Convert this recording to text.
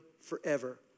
forever